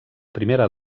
primera